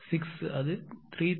456 அது 3556